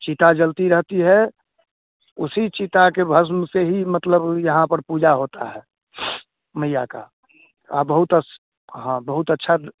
चिता जलती रहती है उसी चिता के भस्म से ही मतलब यहाँ पर पूजा होती है मैया का बहुत अच्छ हाँ बहुत अच्छा